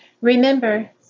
Remember